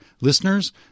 listeners